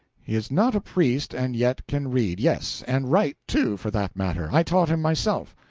he is not a priest and yet can read yes, and write, too, for that matter. i taught him myself.